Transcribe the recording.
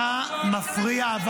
אתה מפריע.